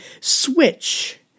switch